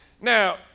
Now